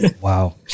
Wow